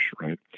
right